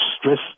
stress